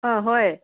ꯑꯥ ꯍꯣꯏ